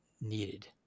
needed